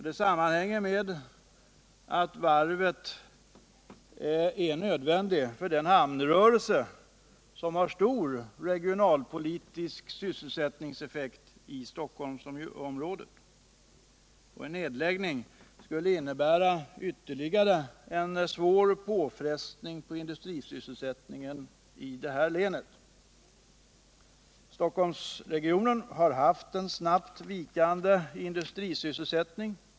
Det sammanhänger med att varvet är nödvändigt för den hamnrörelse som har stor regionalpolitisk sysselsättningseffekt i Stockholmsområdet. En nedläggning skulle innebära ytterligare en svår påfrestning på industrisysselsättningen i detta län. Stockholmsregionen har haft en snabbt vikande industrisysselsättning.